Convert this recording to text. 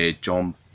John